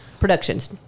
Productions